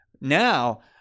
Now